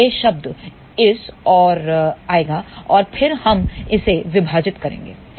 तो यह शब्द इस ओर आएगा और फिर हम इसे विभाजित करेंगे